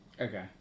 Okay